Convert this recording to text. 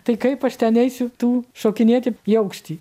tai kaip aš ten eisiu tų šokinėti į aukštį